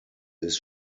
ist